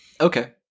Okay